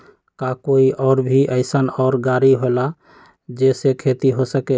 का कोई और भी अइसन और गाड़ी होला जे से खेती हो सके?